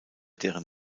deren